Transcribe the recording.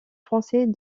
français